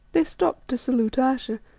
they stopped to salute ayesha,